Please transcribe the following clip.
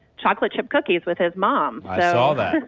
chocolate chip cookies with his mom that all that